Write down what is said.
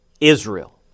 Israel